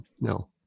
No